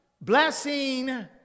blessing